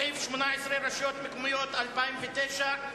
סעיף 16, הוצאות חירום אזרחיות, לשנת 2009,